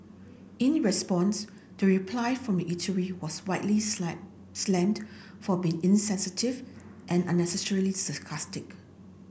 in response the reply from the eatery was widely slam slammed for being insensitive and unnecessarily sarcastic